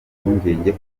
impungenge